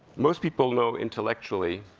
most people know intellectually